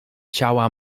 ciała